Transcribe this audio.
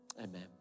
amen